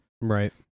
right